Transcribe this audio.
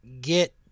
get